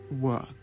work